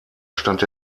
stand